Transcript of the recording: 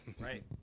Right